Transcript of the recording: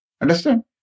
Understand